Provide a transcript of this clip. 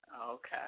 Okay